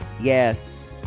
Yes